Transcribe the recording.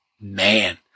Man